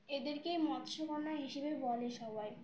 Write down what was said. এদেরকেই মৎস্যকন্যা হিসেবে বলে সবাই